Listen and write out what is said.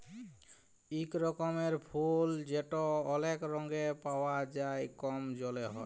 ইক রকমের ফুল যেট অলেক রঙে পাউয়া যায় কম জলে হ্যয়